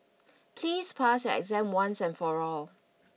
please pass your exam once and for all